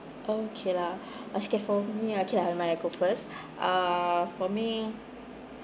okay lah okay for me okay I think I might go first ah for me